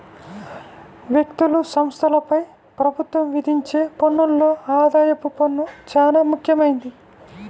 వ్యక్తులు, సంస్థలపై ప్రభుత్వం విధించే పన్నుల్లో ఆదాయపు పన్ను చానా ముఖ్యమైంది